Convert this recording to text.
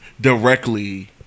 directly